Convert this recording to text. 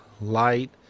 light